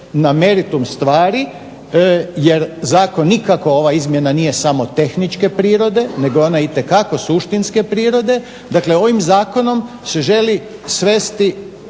na meritum stvari jer zakon nikako, ova izmjena nije samo tehničke prirode nego je ona itekako suštinske prirode, dakle ovim zakonom se želi svesti